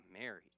married